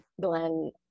Glenn